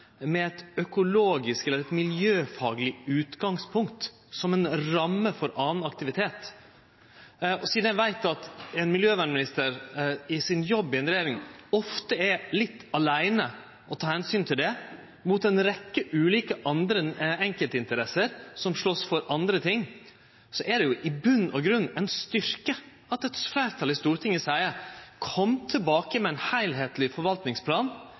med eit økologisk, miljøfagleg, utgangspunkt, som ei ramme for annan aktivitet. Sidan eg veit at ein miljøvernminister i jobben sin i ei regjering ofte er litt aleine om å ta omsyn til det, mot ei rekkje ulike andre enkeltinteresser, som slåst for andre ting, er det jo når alt kjem til alt, ein styrke at eit fleirtal i Stortinget seier: Kom tilbake med ein heilskapleg forvaltningsplan.